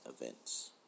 events